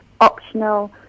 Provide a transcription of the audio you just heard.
optional